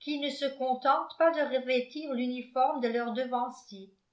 qui ne se contentent pas de revêtir l'uniforme de leurs devanciers